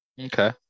Okay